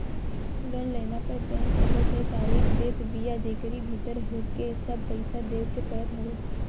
loan लेहला पअ bank एगो तय तारीख देत बिया जेकरी भीतर होहके सब पईसा देवे के पड़त हवे